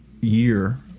year